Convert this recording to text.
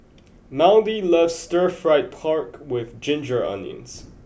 Maudie loves Stir Fried Pork with ginger onions